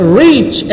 reach